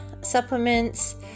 supplements